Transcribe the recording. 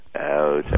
Out